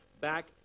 back